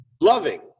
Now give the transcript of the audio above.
Loving